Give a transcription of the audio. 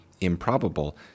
improbable